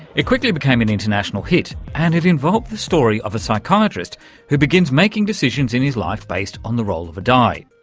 it quickly became an international hit and it involved the story of a psychiatrist who begins making decisions in his life based on the roll of a die.